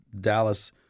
Dallas